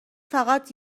فقط